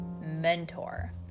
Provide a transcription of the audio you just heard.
mentor